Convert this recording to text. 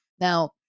Now